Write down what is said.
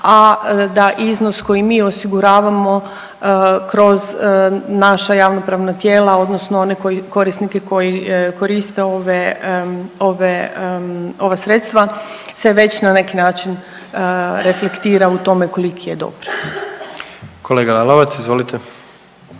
a da iznos koji mi osiguravamo kroz naša javnopravna tijela, odnosno one korisnike koji koriste ove, ove, ova sredstva se već na neki način reflektira u tome koliki je doprinos. **Jandroković,